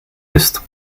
ist